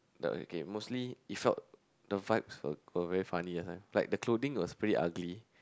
the okay mostly it felt the vibes were were very funny last time like the clothing was pretty ugly